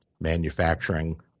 manufacturing